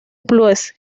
blues